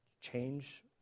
change